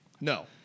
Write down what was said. No